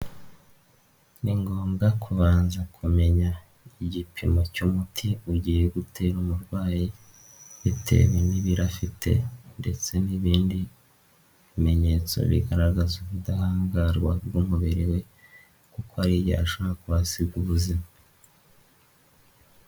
Ni ngombwa kubanza kumenya igipimo cy'umuti ugiye gutera umurwayi, bitewe n'ibiro afite ndetse n'ibindi bimenyetso bigaragaza ubudahangarwa bw'umubiri we kuko hari igihe ashobora kuhasiga ubuzima.